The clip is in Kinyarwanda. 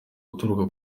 uturuka